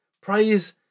Praise